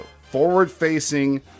forward-facing